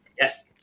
Yes